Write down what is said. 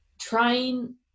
trying